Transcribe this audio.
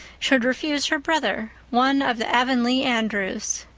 should refuse her brother one of the avonlea andrews.